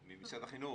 ממשרד החינוך.